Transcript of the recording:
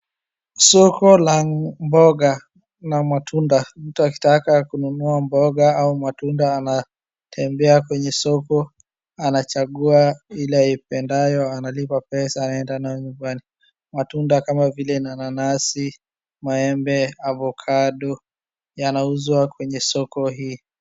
Soko la mboga na matunda. Mtu akitaka kununua mboga au matunda anatembea kwenye soko, anachagua ile aipendayo analipa pesa aenda nayo nyumbani. Matunda kama vile mananasi, maembe, avocado yanauzwa kwenye soko hii.